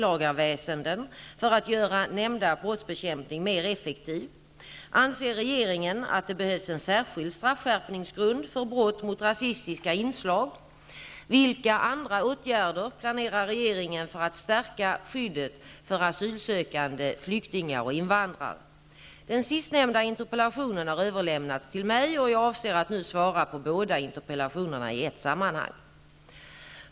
Anser regeringen att det behövs en särskild straffskärpningsgrund för brott med rasistiska inslag? Den sistnämnda interpellationen har överlämnats till mig. Jag avser nu att svara på båda interpellationerna i ett sammanhang.